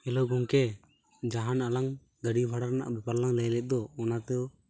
hello ᱜᱚᱢᱠᱮ ᱡᱟᱦᱟᱸ ᱟᱞᱟᱝ ᱜᱟᱹᱰᱤ ᱵᱷᱟᱲᱟ ᱨᱮᱱᱟᱜ ᱵᱮᱯᱟᱨ ᱞᱟᱝ ᱞᱟᱹᱭ ᱞᱮᱫ ᱫᱚ ᱚᱱᱟᱫᱚ